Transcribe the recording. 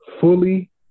Fully